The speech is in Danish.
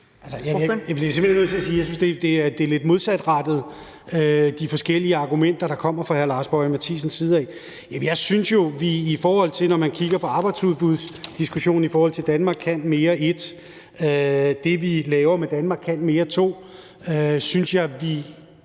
jeg synes, at det er lidt modsatrettet med de forskellige argumenter, der kommer fra hr. Lars Boje Mathiesens side. Jeg synes jo, at vi, når man kigger på arbejdsudbudsdiskussionen i forhold til »Danmark kan mere I« og det, vi laver med »Danmark kan mere II«, tager et skridt